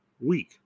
week